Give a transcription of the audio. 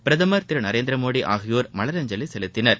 பிரதமர் திரு நரேந்திர மோடி ஆகியோர் மவரஞ்சலி செலுத்தினர்